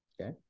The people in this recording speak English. Okay